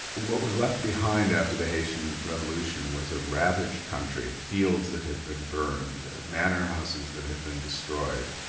what was left behind after the haitian revolution was a ravaged country, fields that had been burned, manor houses that had been destroyed,